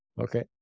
Okay